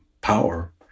power